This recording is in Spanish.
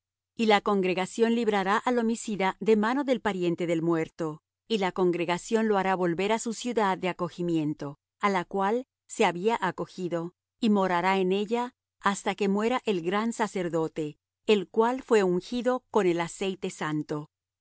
y la congregación librará al homicida de mano del pariente del muerto y la congregación lo hará volver á su ciudad de acogimiento á la cual se había acogido y morará en ella hasta que muera el gran sacerdote el cual fué ungido con el aceite santo